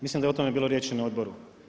Mislim da je o tome bilo riječ i na odboru.